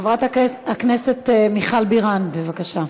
חברת הכנסת מיכל בירן, בבקשה,